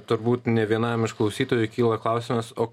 turbūt nė vienam iš klausytojų kyla klausimas o